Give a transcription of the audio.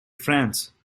france